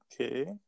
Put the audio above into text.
okay